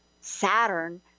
Saturn